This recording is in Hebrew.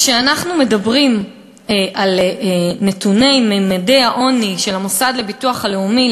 כשאנחנו מדברים על נתוני ממדי העוני של המוסד לביטוח הלאומי,